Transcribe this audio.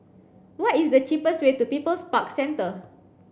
what is the cheapest way to People's Park Centre